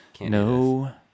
No